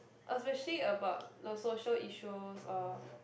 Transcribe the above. especially about the social issues or